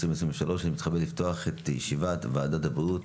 2023. אני מתכבד לפתוח את ישיבת ועדת הבריאות